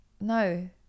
No